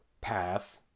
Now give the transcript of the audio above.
path